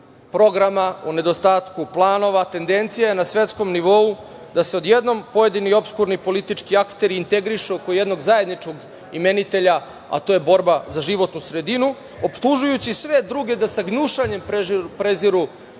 programa, u nedostatku planova, tendencija je na svetskom nivou da se odjednom pojedini i opskurni politički akteri integrišu oko jednog zajedničkog imenitelja, a to je borba za životnu sredinu, optužujući sve druge da sa gnušanjem preziru